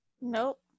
Nope